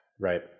right